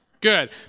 Good